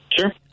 Sure